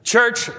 Church